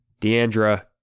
DeAndra